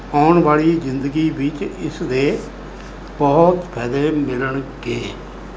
ਆਉਣ ਵਾਲੀ ਜ਼ਿੰਦਗੀ ਵਿੱਚ ਇਸ ਦੇ ਬਹੁਤ ਫਾਇਦੇ ਮਿਲਣਗੇ